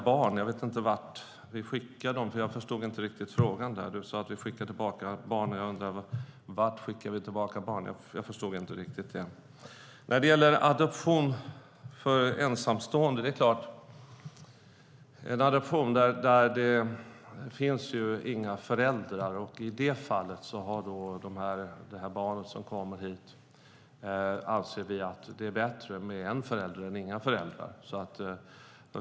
Jag vet inte vad du menar med att vi skickar tillbaka barn. Vart skickar vi dem? Jag förstod inte riktigt, Agneta Luttropp. Vid en adoption finns inga föräldrar, och då har vi ansett att det är bättre för barnet med en ensamstående förälder än ingen förälder alls.